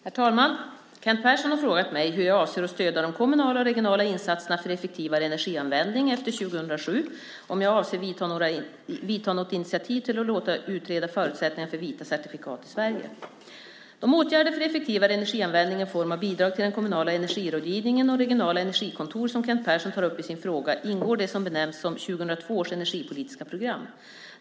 Herr talman! Kent Persson har frågat mig hur jag avser att stödja de kommunala och regionala insatserna för effektivare energianvändning efter 2007 samt om jag avser att ta något initiativ till att låta utreda förutsättningarna för vita certifikat i Sverige. De åtgärder för effektivare energianvändning i form av bidrag till den kommunala energirådgivningen och regionala energikontor som Kent Persson tar upp i sin fråga ingår i det som benämns som 2002 års energipolitiska program.